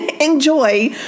Enjoy